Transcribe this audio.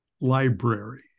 library